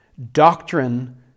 Doctrine